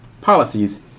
policies